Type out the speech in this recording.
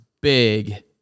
big